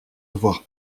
voir